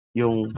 yung